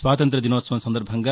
స్వాతంత దినోత్సవం సందర్బంగా